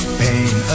pain